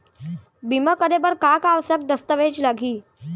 बीमा करे बर का का आवश्यक दस्तावेज लागही